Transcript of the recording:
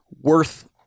worth